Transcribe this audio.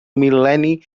mil·lenni